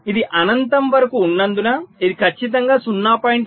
ఇది అనంతం వరకు ఉన్నందున ఇది ఖచ్చితంగా 0